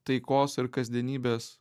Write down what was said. taikos ir kasdienybės